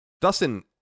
Dustin